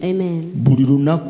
Amen